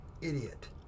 idiot